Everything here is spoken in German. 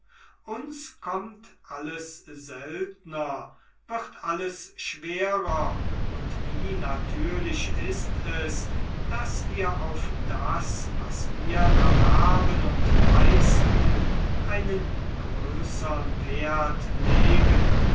uns kommt alles seltener wird alles schwerer und wie natürlich ist es daß wir auf das was wir erwerben und leisten einen größern wert legen